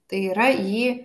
tai yra jį